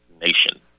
nation